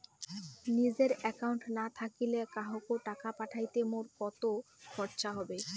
নিজের একাউন্ট না থাকিলে কাহকো টাকা পাঠাইতে মোর কতো খরচা হবে?